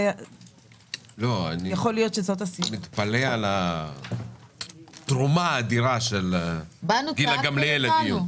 אני מתפלא על התרומה האדירה של גילה גמליאל לדיון.